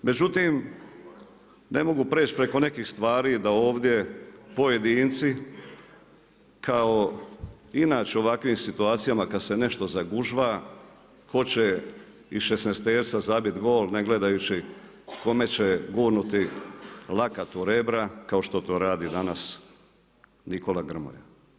Međutim, ne mogu preći preko nekih stvari da ovdje pojedinci kao inače u ovakvim situacijama kad se nešto zagužva hoće iz 16.-terca zabiti gol ne gledajući kome će gurnuti lakat u rebra kao što to radi danas Nikola Grmoja.